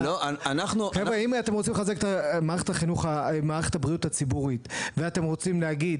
אם אתם רוצים לשפר את מערכת הבריאות הציבורית ואתם רוצים להגיד